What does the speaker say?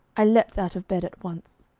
i leaped out of bed at once.